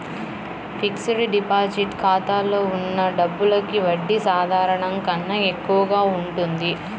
fixed deposit ఖాతాలో ఉన్న డబ్బులకి వడ్డీ సాధారణం కన్నా ఎక్కువగా ఉంటుంది